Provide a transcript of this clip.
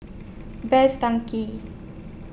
Best Denki